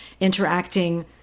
interacting